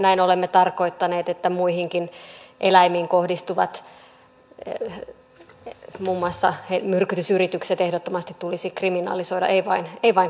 näin olemme tarkoittaneet että muihinkin eläimiin kohdistuvat muun muassa myrkytysyritykset ehdottomasti tulisi kriminalisoida ei vain koiriin kohdistuvat